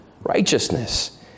righteousness